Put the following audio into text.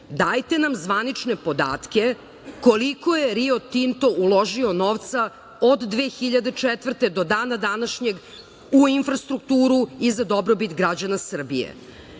Dajte nam zvanične podatke koliko je Rio Tinto uložio novca od 2004. godine do dana današnjeg u infrastrukturu i za dobrobit građana Srbije.S